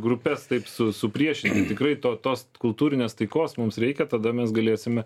grupės taip su supriešinti tikrai to tos kultūrinės taikos mums reikia tada mes galėsime